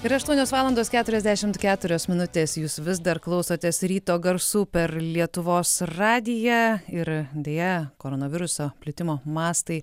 yra aštuonios valandos keturiasdešimt keturios minutės jūs vis dar klausotės ryto garsų per lietuvos radiją ir deja koronaviruso plitimo mastai